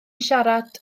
siarad